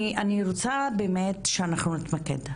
אני רוצה באמת שאנחנו נתמקד.